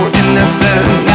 innocent